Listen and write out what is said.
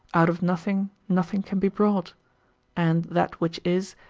out of nothing, nothing can be brought and that which is,